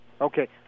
Okay